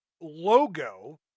logo